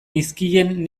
nizkien